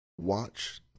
watch